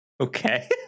Okay